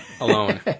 Alone